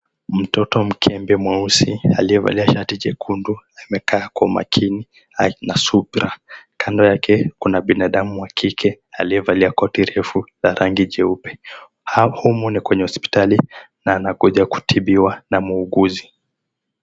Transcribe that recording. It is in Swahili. Mtoto mkembe mweusi aliyevalia shati jekundu amekaa kwa makini na subra. Kando yake kuna binadamu wa kike aliyevalia koti refu la rangi jeupe. Humu ni kwenye hospitali na anakuja kutibiwa na muugizi.